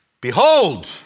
Behold